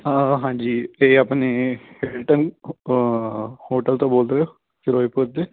ਹਾਂਜੀ ਇਹ ਆਪਣੇ ਹਿਲਟਨ ਹੋਟਲ ਤੋਂ ਬੋਲ ਰਹੇ ਹੋ ਫਿਰੋਜ਼ਪੁਰ ਦੇ